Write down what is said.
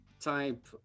type